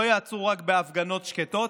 לא יעצרו רק בהפגנות שקטות.